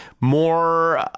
more